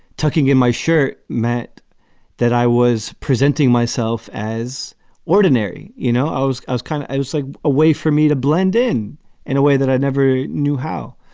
tucking in my shirt meant that i was presenting myself as ordinary. you know, i was i was kind of i was like a way for me to blend in in a way that i never knew how.